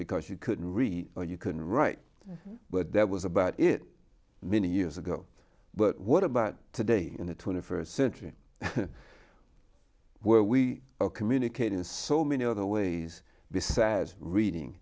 because you couldn't read or you can write but there was about it many years ago but what about today in the twenty first century where we are communicating so many other ways besides reading